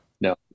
no